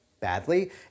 badly